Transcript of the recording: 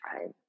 right